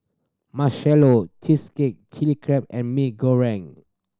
marshallow cheesecake Chili Crab and Mee Goreng